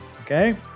okay